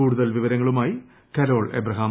കൂടുതൽ വിവരങ്ങളുമായി Carol Abraham